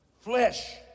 flesh